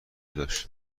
داشت